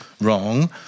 Wrong